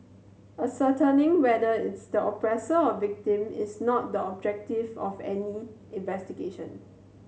ascertaining whoever is the oppressor or victim is not the objective of any investigation